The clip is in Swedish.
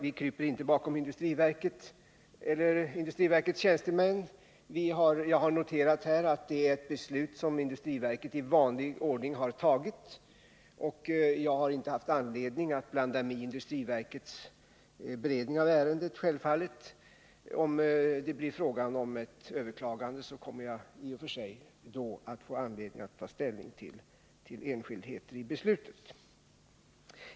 Vi kryper inte bakom industriverket eller dess tjänstemän — jag har bara noterat att detta är eit beslut som industriverket i vanlig ordning har fattat. Jag har självfallet inte haft anledning att blanda mig i verkets beredning av ärendet. Om det blir fråga om ett överklagande kommer jag att då få ta ställning till enskildheter i beslutet.